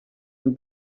and